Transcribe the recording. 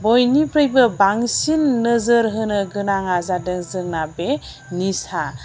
बयनिफ्रायबो बांसिन नोजोर होनो गोनाङा जादों जोंना बे निसा